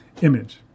image